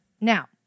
Now